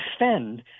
defend